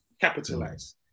capitalize